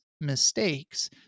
Mistakes